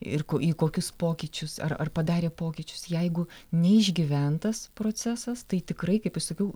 ir į kokius pokyčius ar ar padarė pokyčius jeigu neišgyventas procesas tai tikrai kaip i sakiau